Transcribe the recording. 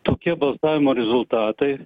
tokie balsavimo rezultatai